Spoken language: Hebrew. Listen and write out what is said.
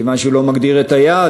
כיוון שהוא לא מגדיר את היעד,